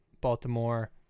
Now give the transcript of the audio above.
Baltimore